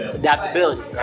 adaptability